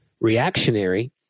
reactionary